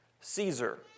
Caesar